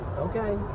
Okay